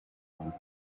one